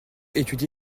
étudié